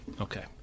Okay